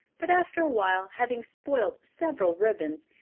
but after a while, having spoilt several ribbons,